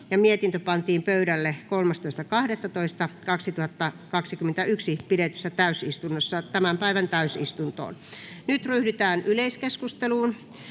mietintö pantiin pöydälle 13.12.2021 pidetyssä täysistunnossa tämän päivän täysistuntoon. Nyt ryhdytään yleiskeskusteluun.